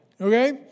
Okay